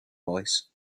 voice